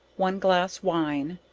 one glass wine,